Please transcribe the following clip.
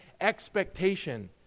expectation